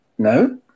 No